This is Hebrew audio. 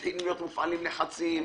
מתחילים להפעיל לחצים,